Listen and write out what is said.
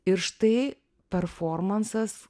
ir štai performansas